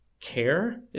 Care